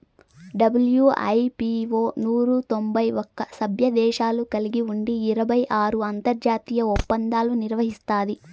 WIPO నూరు తొంభై ఒక్క సభ్యదేశాలు కలిగి ఉండి ఇరవై ఆరు అంతర్జాతీయ ఒప్పందాలు నిర్వహిస్తాది